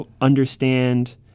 understand